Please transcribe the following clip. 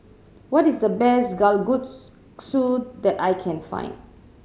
waht is the best Kalguksu that I can find